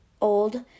old